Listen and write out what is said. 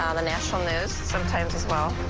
um national news. sometimes as well.